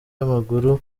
w’amaguru